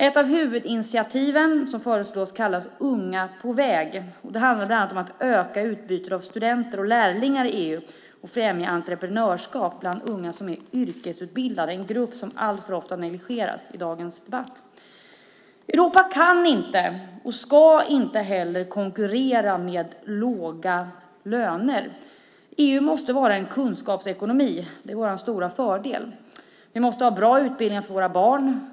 Ett av huvudinitiativen, som föreslås, kallas Unga på väg. Det handlar bland annat om att öka utbytet av studenter och lärlingar i EU och om att främja entreprenörskap bland unga som är yrkesutbildade, en grupp som alltför ofta negligeras i dagens debatt. Europa kan inte och ska inte heller konkurrera med låga löner. EU måste vara en kunskapsekonomi. Det är vår stora fördel. Vi måste ha bra utbildningar för våra barn.